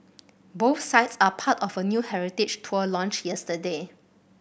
both sites are part of a new heritage tour launched yesterday